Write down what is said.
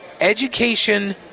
education